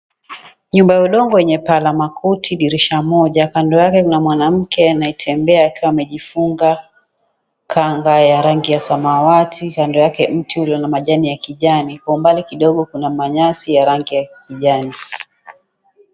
Nyumba ya udongo yenye paa la makuti, dirisha moja. Kando yake, kuna mwanamke anayetembea akiwa amejifunga kanga ya rangi ya samawati. Kando yake mti ulio na majani ya kijani, kwa umbali kidogo kuna manyasi ya rangi ya kijani.